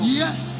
yes